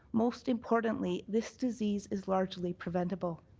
most importantly, this disease is largely preventible.